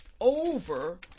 over